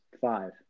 five